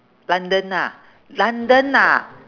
london ah london ah